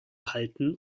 halten